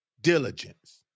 diligence